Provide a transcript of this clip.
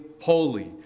holy